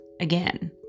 again